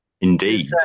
Indeed